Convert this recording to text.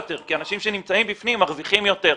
יותר כי אנשים שנמצאים בפנים מרוויחים יותר.